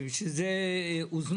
ובשביל זה הוזמנו,